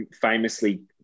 famously